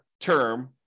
term